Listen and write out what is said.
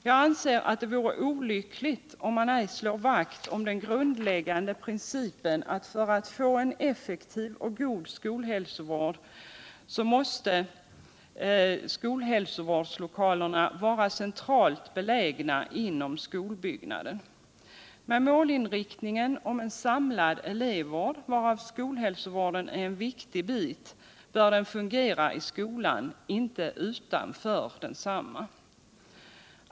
Jag anser att det vore olyckligt om man ej slår vakt om den grundläggande principen att för att få en effektiv och god skolhälsovård måste skolhälsovårdslokalerna vara centralt beligna inom skolbyggnaden. Med målinriktningen en samlad elevvård, varav skolhälsovården är en viktig bit, bör den fungera i skolan. inte utanför densamma.